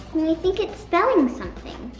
think it's spelling something.